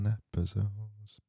episodes